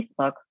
Facebook